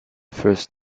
first